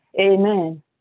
Amen